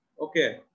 Okay